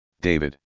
David